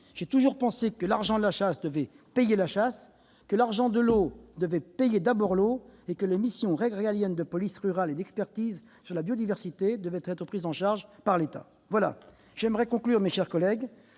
j'ai toujours pensé que l'argent de la chasse devait payer la chasse, que l'argent de l'eau devait d'abord payer l'eau et que les missions régaliennes de police rurale et d'expertise sur la biodiversité terrestre devaient être prises en charge de l'État. En conclusion, mes chers collègues,